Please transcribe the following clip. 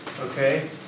Okay